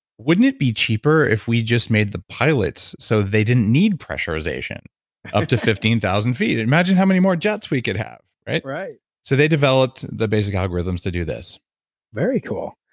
wouldn't it be cheaper if we just made the pilots so they didn't need pressurization up to fifteen thousand feet? imagine how many more jobs we could have, right? right so they developed the basic algorithms to do this very cool.